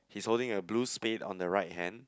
he's holding a blue spade on the right hand